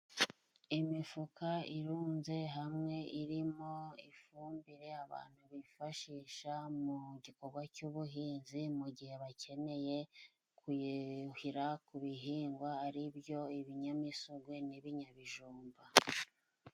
Imifuka irunze hamwe irimo ifumbire abantu bifashisha mu gikorwa cy'ubuhinzi mu gihe bakeneye kuyuhira ku bihingwa ari byo ibinyamisogwe n'ibinyabijumba.